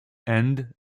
and